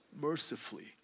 mercifully